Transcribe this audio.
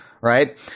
Right